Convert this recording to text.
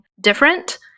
different